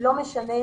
לא משנה,